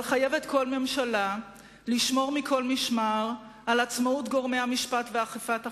אבל חייבת כל ממשלה לשמור מכל משמר על עצמאות גורמי המשפט ואכיפת החוק,